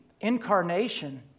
incarnation